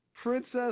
Princess